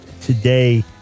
today